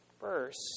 first